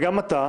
וגם אתה,